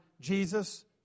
Jesus